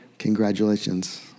Congratulations